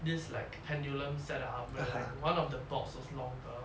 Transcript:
this like pendulum set up where like one of the box was longer